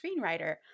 screenwriter